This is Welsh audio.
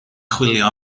chwilio